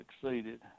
succeeded